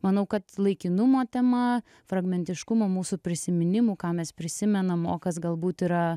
manau kad laikinumo tema fragmentiškumo mūsų prisiminimų ką mes prisimenam o kas galbūt yra